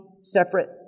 separate